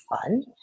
fun